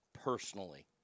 personally